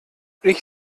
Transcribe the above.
ich